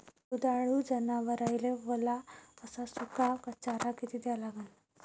दुधाळू जनावराइले वला अस सुका चारा किती द्या लागन?